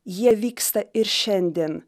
jie vyksta ir šiandien